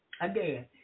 again